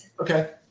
Okay